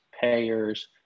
payers